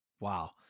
Wow